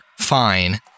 fine